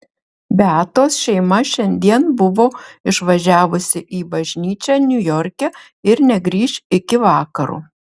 beatos šeima šiandien buvo išvažiavusi į bažnyčią niujorke ir negrįš iki vakaro